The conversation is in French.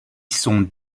sont